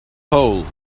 pole